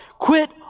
Quit